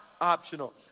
optional